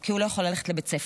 כי הוא לא יכול ללכת לבית ספר.